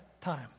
time